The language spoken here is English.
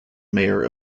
mayor